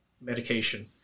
medication